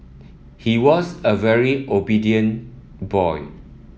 he was a very obedient boy